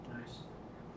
Nice